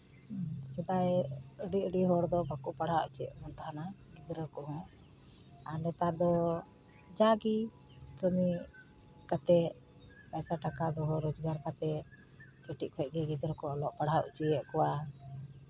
ᱥᱮᱫᱟᱭ ᱟᱹᱰᱤ ᱟᱹᱰᱤ ᱦᱚᱲ ᱫᱚ ᱵᱟᱠᱚ ᱯᱟᱲᱦᱟᱣ ᱦᱚᱪᱚᱭᱮᱜ ᱵᱚᱱ ᱛᱟᱦᱮᱱᱟ ᱜᱤᱫᱽᱨᱟᱹ ᱠᱚᱦᱚᱸ ᱟᱨ ᱱᱮᱛᱟᱨ ᱫᱚ ᱡᱟᱜᱮ ᱠᱟᱹᱢᱤ ᱠᱟᱛᱮ ᱟᱪᱪᱷᱟ ᱴᱟᱠᱟ ᱫᱚᱦᱚ ᱨᱳᱡᱽᱜᱟᱨ ᱠᱟᱛᱮ ᱠᱟᱹᱴᱤᱡ ᱠᱷᱚᱡ ᱜᱮ ᱜᱤᱫᱽᱨᱟᱹ ᱠᱚ ᱚᱞᱚᱜ ᱯᱟᱲᱦᱟᱣ ᱦᱚᱪᱚᱭᱮᱜ ᱠᱚᱣᱟ